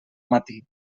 matí